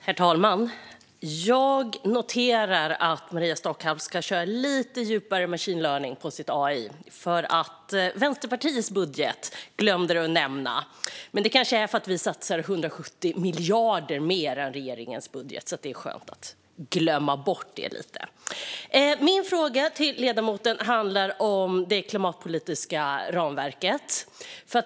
Herr talman! Jag noterar att Maria Stockhaus kan köra lite djupare machine learning på sitt AI. Hon glömde nämligen att nämna Vänsterpartiets budget. Det kanske beror på att vi i Vänsterpartiet satsar 170 miljarder mer än vad regeringen gör i sin budget och att det därför är skönt att glömma bort detta. Min fråga till ledamoten handlar om det klimatpolitiska ramverket.